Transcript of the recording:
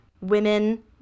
women